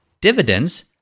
Dividends